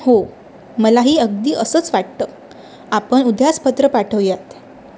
हो मलाही अगदी असंच वाटतं आपण उद्याच पत्र पाठवूयात